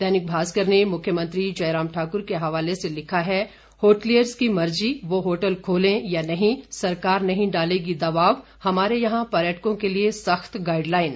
दैनिक भास्कर ने मुख्यमंत्री जयराम ठाकुर के हवाले से लिखा है होटलियर्स की मर्जी वो होटल खोलें या नहीं सरकार नहीं डालेगी दबाव हमारे यहां पर्यटकों के लिए सख्त गाइडलाइन